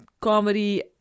comedy